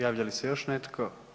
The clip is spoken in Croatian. Javlja li se još netko?